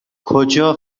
کجا